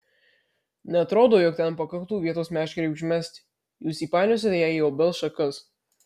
neatrodo jog ten pakaktų vietos meškerei užmesti jūs įpainiosite ją į obels šakas